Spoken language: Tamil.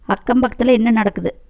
அக்கம் பக்கத்தில என்ன நடக்குது